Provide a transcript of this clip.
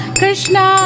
Krishna